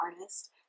artist